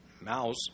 mouse